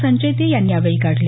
संचेती यांनी यावेळी काढले